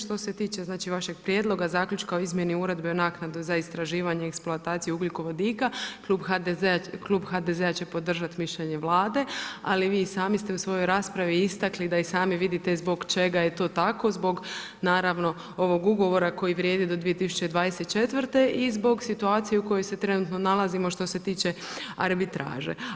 Što se tiče znači vašeg prijedloga zaključka o o izmjeni uredbe o naknadu za istraživanje i eksploataciju ugljikovodika, klub HDZ-a će podržati mišljenje Vlade, ali vi i sami ste u svojoj raspravi istakli da i sami vidite zbog čega je to tako, zbog ovog ugovora koji vrijedi do 2024. i zbog situacije u kojoj se trenutno nalazimo što se tiče arbitraže.